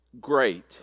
great